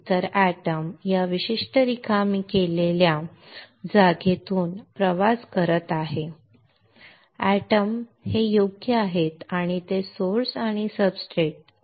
तर एटम या विशिष्ट रिकामी केलेल्या जागेतून प्रवास करत आहेत हे एटम योग्य आहेत आणि ते स्त्रोत आणि सब्सट्रेट दरम्यान प्रवास करत आहेत